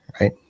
right